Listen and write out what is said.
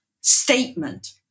statement